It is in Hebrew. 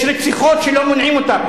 יש רציחות שלא מונעים אותן.